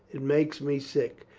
it makes me sick.